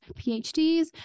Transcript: PhDs